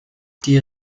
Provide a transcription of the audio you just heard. die